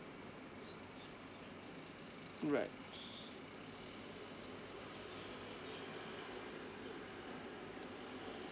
alright